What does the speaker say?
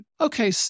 Okay